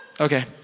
Okay